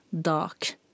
dark